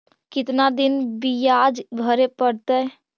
कितना दिन बियाज भरे परतैय?